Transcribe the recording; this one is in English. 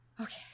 Okay